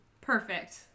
Perfect